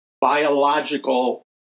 biological